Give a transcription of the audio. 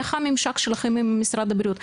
איך הממשק שלכם עם משרד הבריאות?